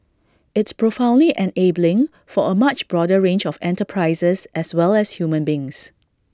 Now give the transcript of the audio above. it's profoundly and enabling for A much broader range of enterprises as well as human beings